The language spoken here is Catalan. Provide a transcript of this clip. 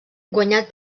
guanyat